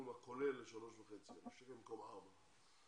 הכולל ל-3,500 שקלים במקום 4,000 שקלים.